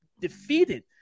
defeated